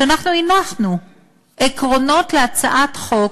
שאנחנו הנחנו עקרונות להצעת חוק